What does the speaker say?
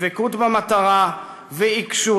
דבקות במטרה ועיקשות,